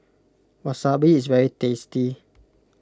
Wasabi is very tasty